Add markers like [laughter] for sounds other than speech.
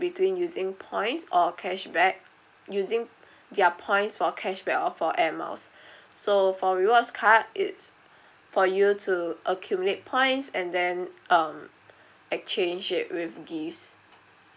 between using points or cashback using [breath] their points for cashback or for air miles [breath] so for rewards card it's for you to accumulate points and then um exchange it with gifts